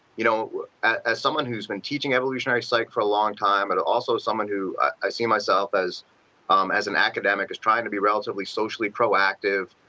you know ah as someone who has been teaching evolutionary psyche for a long time and also someone who i see myself as um as an academic as trying to be relatively socially proactive,